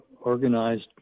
organized